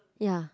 ya